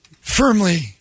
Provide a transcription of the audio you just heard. Firmly